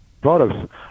products